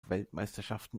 weltmeisterschaften